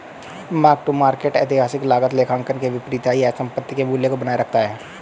mark to market ऐतिहासिक लागत लेखांकन के विपरीत है यह संपत्ति के मूल्य को बनाए रखता है